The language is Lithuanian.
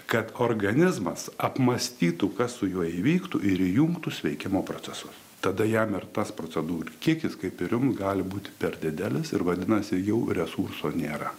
kad organizmas apmąstytų kas su juo įvyktų ir įjungtų sveikimo procesus tada jam ir tas procedūrų kiekis kaip ir jum gali būti per didelis ir vadinasi jau resurso nėra